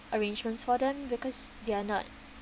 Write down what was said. arrangements for them because they are not